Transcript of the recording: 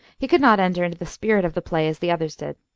he could not enter into the spirit of the play as the others did.